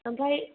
ओमफ्राय